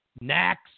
Next